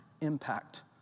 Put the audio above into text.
impact